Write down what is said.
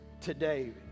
today